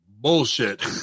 bullshit